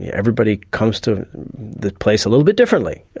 yeah everybody comes to the place a little bit differently.